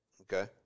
Okay